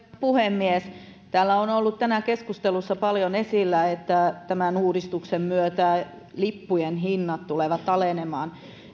puhemies täällä on ollut tänään keskustelussa paljon esillä että tämän uudistuksen myötä lippujen hinnat tulevat alenemaan